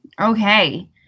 okay